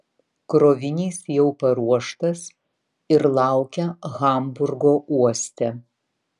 krovinys jau paruoštas ir laukia hamburgo uoste